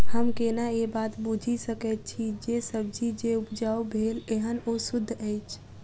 हम केना ए बात बुझी सकैत छी जे सब्जी जे उपजाउ भेल एहन ओ सुद्ध अछि?